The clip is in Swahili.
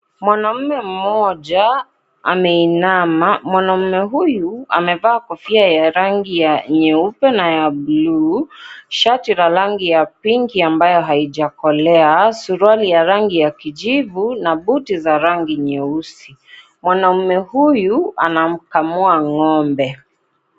Mwanaume mmoja ameinama, mwanaume huyu amevaa kofia ya rangi ya nyeupe na ya bluu. Shati la rangi ya pinki ambayo haijakolea, suruali ya rangi ya kijivu na buti za rangi nyeusi. Mwanaume huyu anamkamua ngombe.